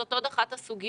זו אחת הסוגיות,